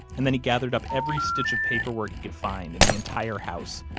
and then he gathered up every stitch of paperwork he could find in the entire house,